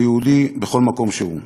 וליהודי בכל מקום שהוא.